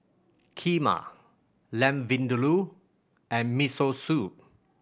Kheema Lamb Vindaloo and Miso Soup